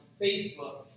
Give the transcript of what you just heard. Facebook